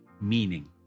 meaning